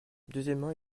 deuxièmement